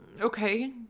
Okay